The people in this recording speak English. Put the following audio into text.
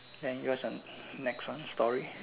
then yours uh next one story